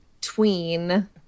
tween